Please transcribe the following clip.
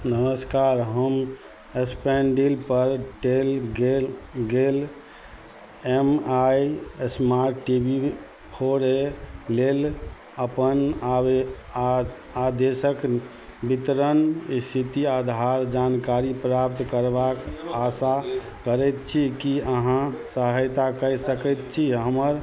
नमस्कार हम स्नैपडीलपर देल गेल गेल M I smart T V four A लेल अपन आवे आओर आदेशके वितरण इस्थिति आधार जानकारी प्राप्त करबाक आशा करैत छी कि अहाँ सहायता कऽ सकै छी हमर